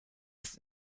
ist